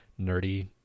nerdy